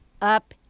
Up